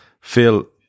Phil